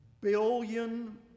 billion